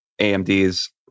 AMD's